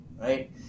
Right